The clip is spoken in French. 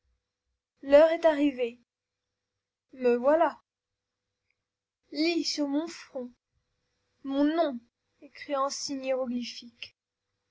l'heure est arrivée me voilà lis sur mon front mon nom écrit en signes